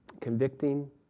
convicting